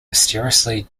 mysteriously